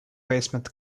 basement